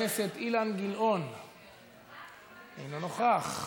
חבר הכנסת אילן גילאון, אינו נוכח.